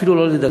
אפילו לא לדקה.